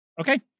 Okay